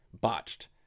Botched